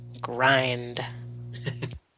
Grind